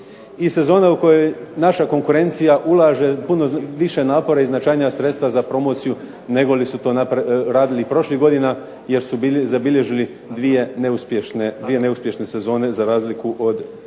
sezona u kojoj naša konkurencija ulaže puno više napora i značajnija sredstva za promociju nego li su radili i prošlih godina jer su zabilježili dvije neuspješne sezone za razliku od